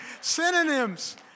synonyms